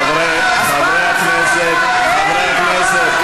חברי הכנסת, חברי הכנסת.